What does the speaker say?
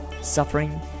suffering